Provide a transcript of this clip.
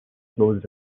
close